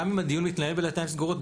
גם אם הדיון מתקיים בדלתיים סגורות,